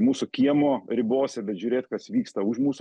mūsų kiemo ribose bet žiūrėt kas vyksta už mūsų